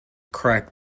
crack